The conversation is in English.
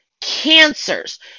cancers